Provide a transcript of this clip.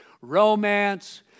romance